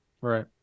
right